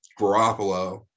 Garoppolo